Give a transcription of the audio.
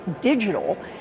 digital